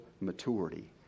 maturity